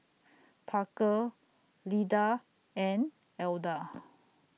Parker Lyda and Elda